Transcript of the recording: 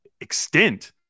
extent